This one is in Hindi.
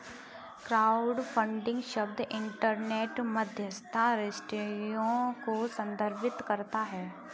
क्राउडफंडिंग शब्द इंटरनेट मध्यस्थता रजिस्ट्रियों को संदर्भित करता है